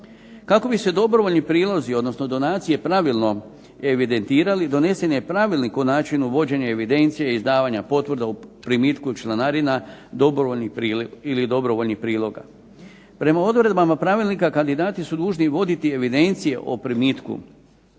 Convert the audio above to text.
Kako bi se dobrovoljni prilozi odnosno donacije pravilno evidentirati donesen je pravilnik o načinu vođenja evidencije i izdavanja potvrda u primitku članarina ili dobrovoljnih priloga. Prema odredbama Pravilnika kandidati su dužni voditi evidencije o primitku